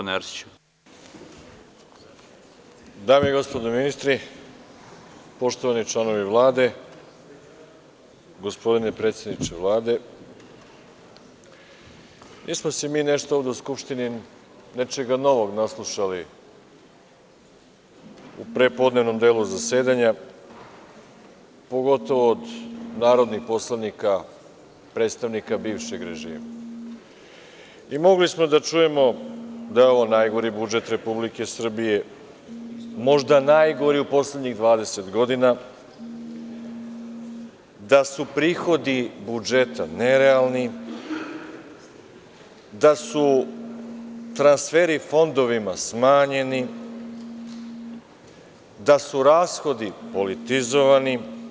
Dame i gospodo ministri, poštovani članovi Vlade, gospodine predsedniče Vlade, nismo se mi nešto ovde u Skupštini nečega novog naslušali u prepodnevnom delu zasedanja, pogotovo od narodnih poslanika, predstavnika bivšeg režima i mogli smo da čujemo da je ovo najgori budžet Republike Srbije, možda najgori u poslednjih 20 godina, da su prihodi budžeta nerealni, da su transferi fondovima smanjeni, da su rashodi politizovani.